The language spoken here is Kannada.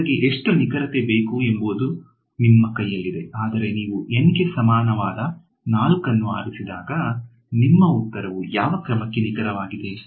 ನಿಮಗೆ ಎಷ್ಟು ನಿಖರತೆ ಬೇಕು ಎಂಬುದು ನಿಮ್ಮ ಕೈಯಲ್ಲಿದೆ ಆದರೆ ನೀವು N ಗೆ ಸಮಾನವಾದ 4 ಅನ್ನು ಆರಿಸಿದಾಗ ನಿಮ್ಮ ಉತ್ತರವು ಯಾವ ಕ್ರಮಕ್ಕೆ ನಿಖರವಾಗಿದೆ